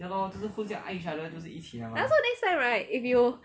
!huh! so next time right if you